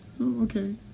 Okay